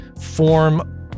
form